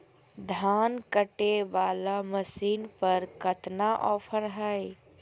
धान कटे बाला मसीन पर कतना ऑफर हाय?